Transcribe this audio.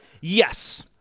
Yes